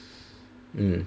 mm